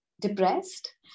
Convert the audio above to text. depressed